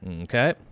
Okay